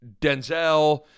Denzel